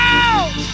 out